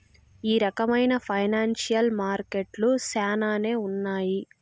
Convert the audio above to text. ఈ రకమైన ఫైనాన్సియల్ మార్కెట్లు శ్యానానే ఉన్నాయి